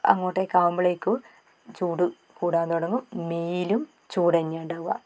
അങ്ങോട്ടേക്കാകുമ്പളേക്കും ചൂട് കൂടാൻ തുടങ്ങും മെയിലും ചൂട് തന്നെയാണ് ഉണ്ടാവുക